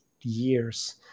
years